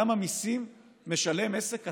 כמה מיסים משלם עסק קטן,